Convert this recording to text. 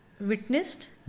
witnessed